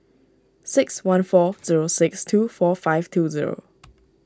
six one four zero six two four five two zero